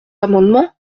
amendement